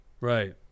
Right